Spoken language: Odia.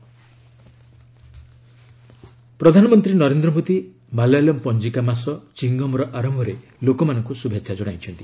ପିଏମ୍ ଚିଙ୍ଗ୍ମ ପ୍ରଧାନମନ୍ତ୍ରୀ ନରେନ୍ଦ୍ର ମୋଦି ମାଲାୟାଲମ୍ ପଞ୍ଜିକା ମାସ ଚିଙ୍ଗମ୍ର ଆରମ୍ଭରେ ଲୋକମାନଙ୍କୁ ଶୁଭେଛା ଜଣାଇଛନ୍ତି